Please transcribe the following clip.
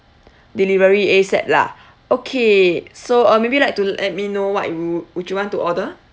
delivery ASAP lah okay so uh maybe you like to let me know what you would would you want to order